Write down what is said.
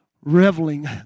reveling